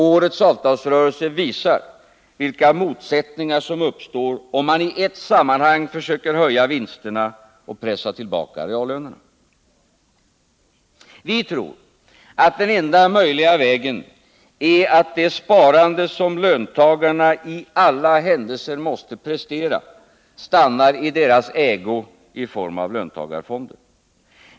Årets avtalsrörelse visar vilka motsättningar som uppstår om man i ett sammanhang försöker höja vinsterna och pressa tillbaka reallönerna. Vi tror att den enda möjliga vägen är att det sparande som löntagarna i alla händelser måste prestera stannar i deras ägo i form av löntagarfonder.